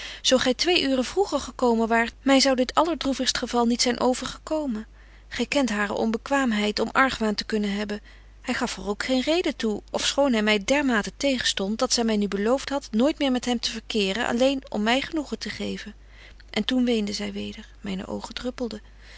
zo gy twee uuren vroeger gekomen waart my zou dit allerdroebetje wolff en aagje deken historie van mejuffrouw sara burgerhart vigst geval niet zyn overgekomen gy kent hare onbekwaamheid om argwaan te kunnen hebben hy gaf er ook geen reden toe ofschoon hy my dermate tegenstondt dat zy my nu belooft hadt nooit meer met hem te verkeren alleen om my genoegen te geven en toen weende zy weder myne oogen druppelden